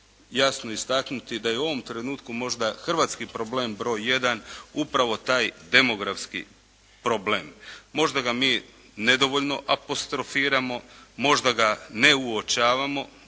jasno istaknuti da je u ovom trenutku možda hrvatski problem broj 1. upravo taj demografski problem. Možda ga mi nedovoljno apostrofiramo, možda ga ne uočavamo